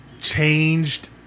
changed